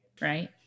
right